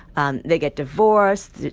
um they get divorced,